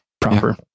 proper